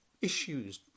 issues